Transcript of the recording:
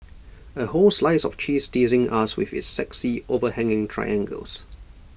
A whole slice of cheese teasing us with its sexy overhanging triangles